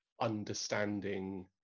understanding